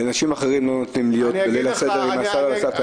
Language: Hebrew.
אבל לאנשים אחרים לא נותנים להיות בליל הסדר עם הסבא והסבתא.